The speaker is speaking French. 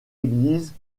église